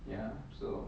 ya so